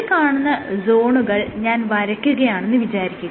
ഈ കാണുന്ന സോണുകൾ ഞാൻ വരയ്ക്കുകയാണെന്ന് വിചാരിക്കുക